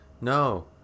no